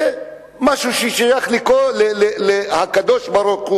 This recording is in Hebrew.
זה משהו ששייך לקדוש-ברוך-הוא.